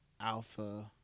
alpha